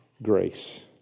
grace